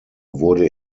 wurde